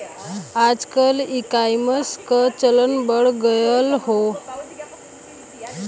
आजकल ईकामर्स क चलन बढ़ गयल हौ